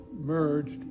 merged